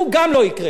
גם לא יקרה כלום.